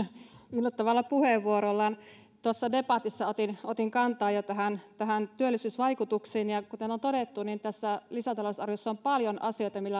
yllättävällä puheenvuorollaan tuossa debatissa otin jo kantaa näihin työllisyysvaikutuksiin ja ja kuten todettu tässä lisätalousarviossa on paljon asioita joilla